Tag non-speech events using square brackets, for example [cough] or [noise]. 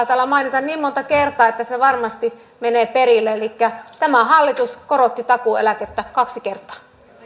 [unintelligible] täällä mainita niin monta kertaa että se varmasti menee perille elikkä tämä hallitus korotti takuueläkettä kaksi kertaa